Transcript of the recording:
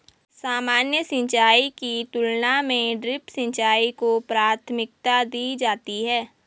सामान्य सिंचाई की तुलना में ड्रिप सिंचाई को प्राथमिकता दी जाती है